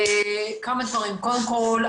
קודם כול,